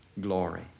glory